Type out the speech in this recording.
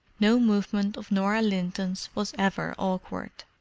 no movement of norah linton's was ever awkward.